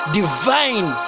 divine